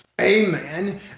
Amen